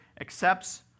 accepts